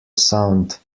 sound